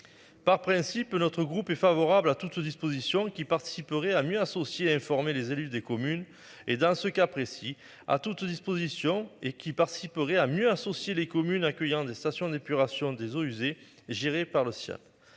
Par principe, notre groupe est favorable à toute disposition qui participeraient à mieux associer à informer les élus des communes et dans ce cas précis à toute disposition et qu'qui participerait à mieux associer les communes accueillant des stations d'épuration des eaux usées, gérée par le sien.